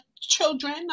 children